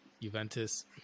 Juventus